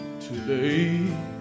today